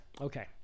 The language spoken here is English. Okay